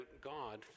God